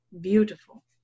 beautiful